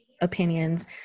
opinions